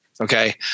Okay